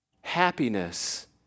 Happiness